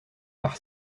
par